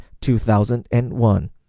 2001